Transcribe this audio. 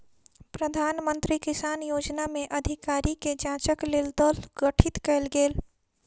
प्रधान मंत्री किसान योजना में अधिकारी के जांचक लेल दल गठित कयल गेल